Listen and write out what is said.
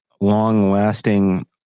long-lasting